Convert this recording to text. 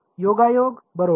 योगायोग बरोबर